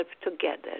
together